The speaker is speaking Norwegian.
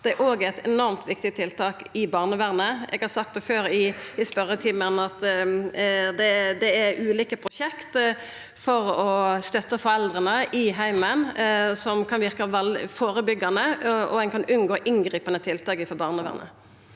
Det er òg eit enormt viktig tiltak i barnevernet. Eg har sagt det før i spørjetimen at det er ulike prosjekt for å støtta foreldra i heimen, noko som kan verka førebyggjande, og ein kan unngå inngripande tiltak frå barnevernet.